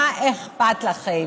מה אכפת לכם?